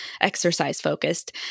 exercise-focused